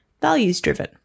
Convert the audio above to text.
values-driven